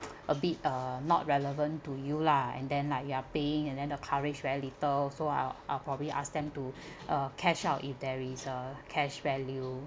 a bit uh not relevant to you lah and then like you are paying and then the coverage very little so I'll I'll probably ask them to uh cash out if there is a cash value